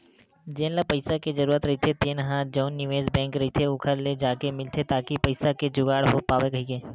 जेन ल पइसा के जरूरत रहिथे तेन ह जउन निवेस बेंक रहिथे ओखर ले जाके मिलथे ताकि पइसा के जुगाड़ हो पावय कहिके